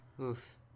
Oof